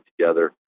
together